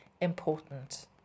important